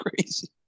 Crazy